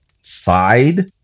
side